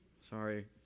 sorry